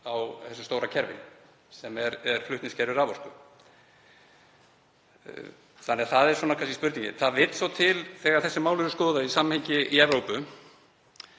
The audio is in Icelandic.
á því stóra kerfi sem flutningskerfi raforku er. Þannig að það er kannski spurningin. Það vill svo til þegar þessi mál eru skoðuð í samhengi í Evrópu